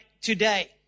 today